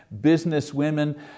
businesswomen